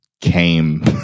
came